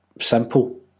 simple